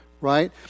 Right